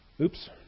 Oops